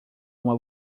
uma